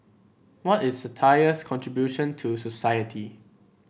what is satire's contribution to society